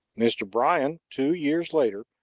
mr. bryan, two years later,